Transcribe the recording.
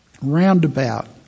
roundabout